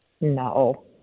no